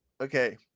okay